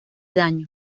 daño